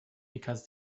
because